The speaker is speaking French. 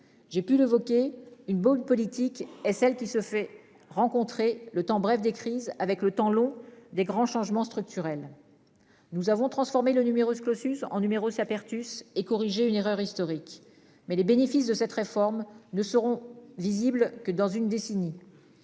J'ai pu l'évoquer une bonne politique et celle qui se fait rencontrer le temps bref des crises avec le temps long des grands changements structurels. Nous avons transformé le numerus clausus en numerus apertus et corriger une erreur historique. Mais les bénéfices de cette réforme ne seront visibles que dans une décennie.